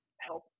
help